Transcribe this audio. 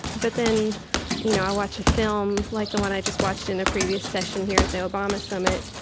but then you know i watch a film like the one i just watched in a previous session, here at the obama summit,